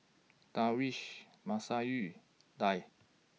Darwish Masayu Dhia